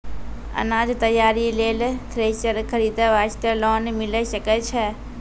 अनाज तैयारी लेल थ्रेसर खरीदे वास्ते लोन मिले सकय छै?